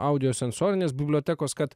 audio sensorinės bibliotekos kad